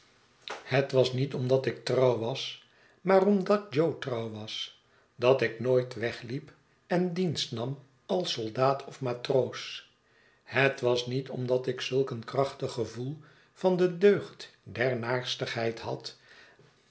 het was niet omdat ik trouw was maar omdat jo trouw was dat ik nooit wegliep en dienst nam als soldaat of matroos het was niet omdat ik zulk een krachtig gevoel van de deugd der naarstigheid had